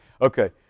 okay